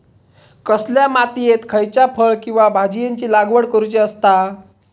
कसल्या मातीयेत खयच्या फळ किंवा भाजीयेंची लागवड करुची असता?